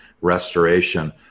restoration